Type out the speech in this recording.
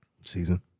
Season